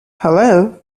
hello